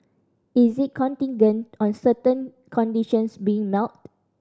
is it contingent on certain conditions being